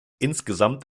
insgesamt